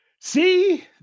See